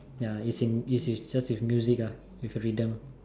ya it's just with music with a rhythm